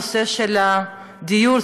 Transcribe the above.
נושא הדיור,